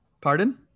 Pardon